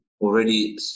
already